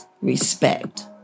Respect